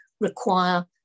require